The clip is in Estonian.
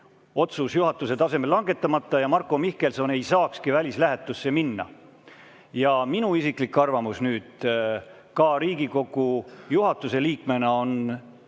otsus juhatuse tasemel langetamata ja Marko Mihkelson ei saakski välislähetusse minna. Minu isiklik arvamus nüüd ka Riigikogu juhatuse liikmena on